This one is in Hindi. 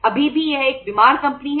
अभी भी यह एक बीमार कंपनी है